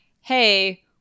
hey